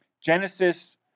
Genesis